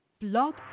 Blog